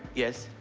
yes.